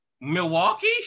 Milwaukee